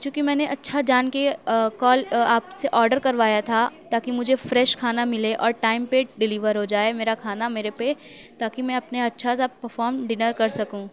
چونکہ میں نے اچھا جان کے کال آپ سے آرڈر کروایا تھا تاکہ مجھے فریش کھانا ملے اور ٹائم پہ ڈلیور ہو جائے میرا کھانا میرے پہ تاکہ میں اپنے اچھا سا پر فارم ڈِنر کر سکوں